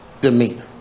demeanor